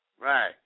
Right